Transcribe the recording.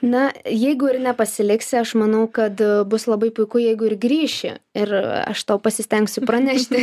na jeigu ir nepasiliksi aš manau kad bus labai puiku jeigu ir grįši ir aš tau pasistengsiu pranešti